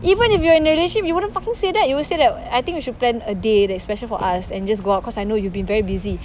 even if you're in a relationship you wouldn't fucking say that you will say that I think we should plan a day that is special for us and just go out cause I know you've been very busy